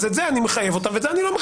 אז את זה אני מחייב אותם ואת זה לא.